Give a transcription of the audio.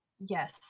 Yes